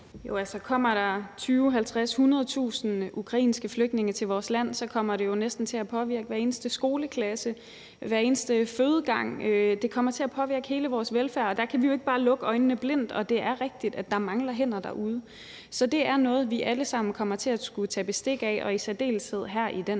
Jo, kommer der 20.000, 50.000 eller 100.000 ukrainske flygtninge til vores land, kommer det jo næsten til at påvirke hver eneste skoleklasse, hver eneste fødegang – det kommer til at påvirke hele vores velfærd. Det kan vi jo ikke bare blindt lukke øjnene for. Og det er rigtigt, at der mangler hænder derude. Så det er noget, vi alle sammen kommer til at skulle tage bestik af, i særdeleshed her i den